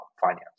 finance